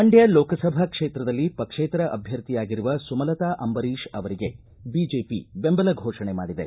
ಮಂಡ್ಕ ಲೋಕಸಭಾ ಕ್ಷೇತ್ರದಲ್ಲಿ ಪಕ್ಷೇತರ ಅಭ್ಯರ್ಥಿಯಾಗಿರುವ ಸುಮಲತಾ ಅಂಬರೀಶ್ ಅವರಿಗೆ ಬಿಜೆಪಿ ಬೆಂಬಲ ಘೋಷಣೆ ಮಾಡಿದೆ